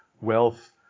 wealth